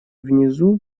внизу